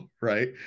right